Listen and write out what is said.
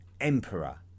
emperor